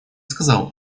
сказал